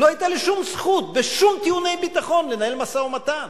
לא היתה לי שום זכות בשום טיעוני ביטחון לנהל משא-ומתן.